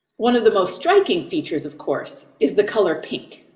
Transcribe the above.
one of the most striking features, of course, is the color pink.